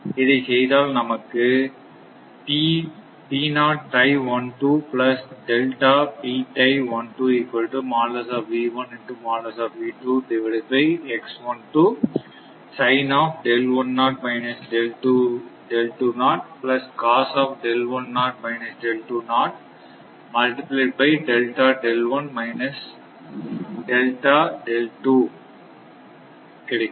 இதை செய்தால் நமக்கு கிடைக்கும்